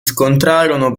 scontrarono